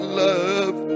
love